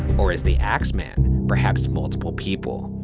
or is the axeman, perhaps multiple people?